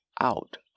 out